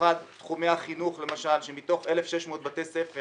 במיוחד תחומי החינוך כאשר מתוך 1,600 בתי ספר